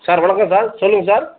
sir வணக்கங்க sir சொல்லுங்கள் sir